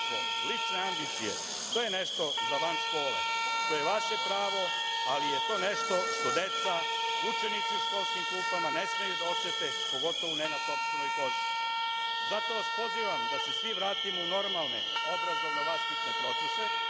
lične ambicije, to je nešto za van škole. To je vaše pravo, ali je to nešto što deca, učenici u školskim klupama ne smeju da osete, pogotovo ne na sopstvenoj koži. Zato vas pozivam da se svi vratimo u normalne obrazovno vaspitne procese,